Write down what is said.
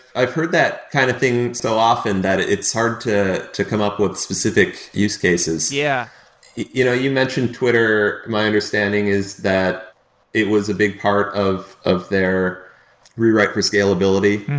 i've heard that kind of thing so often that it is hard to to come up with specific use cases. yeah you know you mentioned twitter. my understanding is that it was a big part of of their rewrite for scalability.